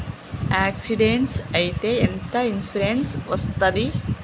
Accident అయితే ఎంత insurance వస్తది?